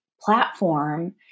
platform